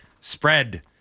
spread